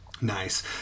Nice